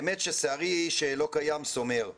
באמת ששערי, שלא קיים, סומר.